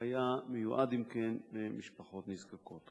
היה מיועד אם כן למשפחות נזקקות.